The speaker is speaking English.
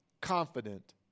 confident